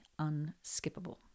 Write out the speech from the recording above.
unskippable